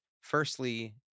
Firstly